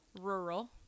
Rural